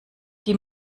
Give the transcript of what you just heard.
die